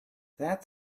that